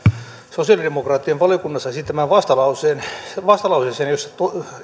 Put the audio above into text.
sosialidemokraattien valiokunnassa esittämään vastalauseeseen jossa edellytetään että